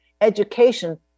Education